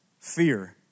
fear